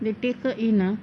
they take her in ah